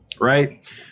right